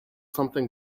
something